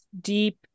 deep